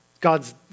God's